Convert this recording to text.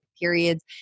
periods